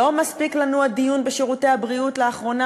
לא מספיק לנו הדיון בשירותי הבריאות לאחרונה,